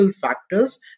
factors